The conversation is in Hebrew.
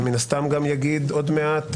ומן הסתם גם יגיד עוד מעט,